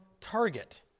target